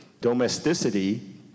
domesticity